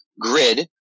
grid